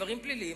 דברים פליליים,